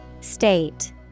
State